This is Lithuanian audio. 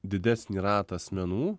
didesnį ratą asmenų